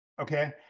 Okay